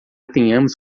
tenhamos